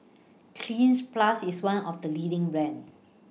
Cleanz Plus IS one of The leading brands